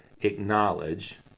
acknowledge